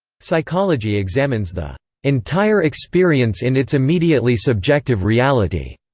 psychology examines the entire experience in its immediately subjective reality.